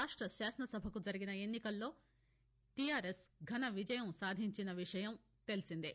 రాష్ట శాసనసభకు జరిగిన ఎన్నికల్లో టీఆర్ఎస్ ఘన విజయం సాధించిన విషయం తెల్పిందే